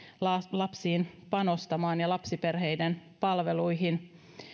lapsiin panostamaan ja lapsiperheiden palveluihin